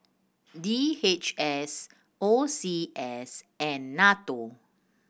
D H S O C S and NATO